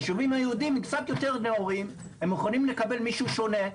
היישובים היהודים קצת יותר נאורים הם מוכנים לקבל מישהו שונה,